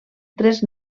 tres